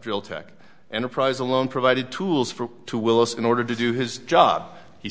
drill tech enterprise alone provided tools for to willis in order to do his job he